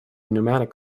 pneumatic